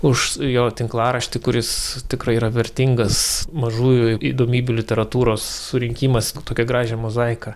už jo tinklaraštį kuris tikrai yra vertingas mažųjų įdomybių literatūros surinkimas į tokią gražią mozaiką